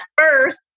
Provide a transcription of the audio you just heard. first